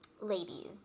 ladies